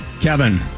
Kevin